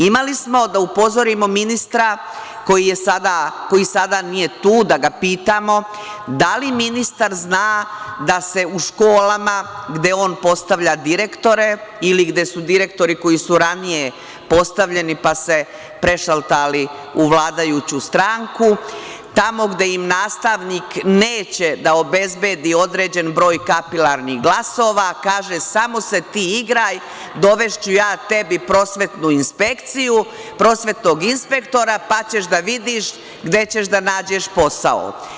Imali smo da upozorimo ministra, koji sada nije tu, da ga pitamo – da li ministar zna da se u školama gde on postavlja direktore ili gde su direktori koji su ranije postavljeni pa se prešaltali u vladajuću stranku, tamo gde nastavnik neće da obezbedi određeni broj kapilarnih glasova, kaže – samo se ti igraj, dovešću ja tebi prosvetnu inspekciju, prosvetnog inspektora, pa ćeš da vidiš gde ćeš da nađeš posao.